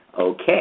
okay